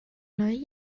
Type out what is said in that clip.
œil